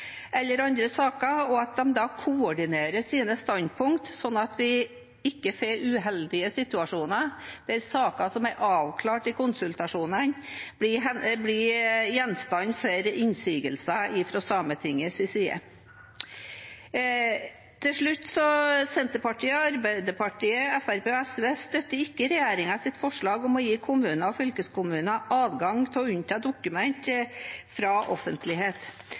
eller andre saker, og at de da koordinerer sine standpunkt, sånn at vi ikke får uheldige situasjoner der saker som er avklart i konsultasjonene, blir gjenstand for innsigelser fra Sametingets side. Til slutt: Senterpartiet, Arbeiderpartiet, Fremskrittspartiet og SV støtter ikke regjeringens forslag om å gi kommuner og fylkeskommuner adgang til å unnta dokumenter fra offentlighet.